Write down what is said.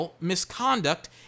misconduct